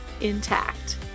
intact